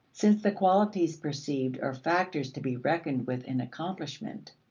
since the qualities perceived are factors to be reckoned with in accomplishment.